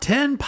Ten